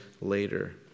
later